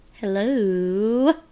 Hello